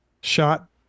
shot